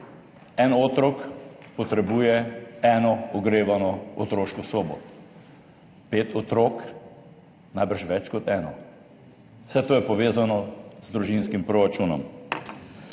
En otrok potrebuje eno ogrevano otroško sobo. Pet otrok najbrž več kot eno. Vse to je povezano z družinskim proračunom.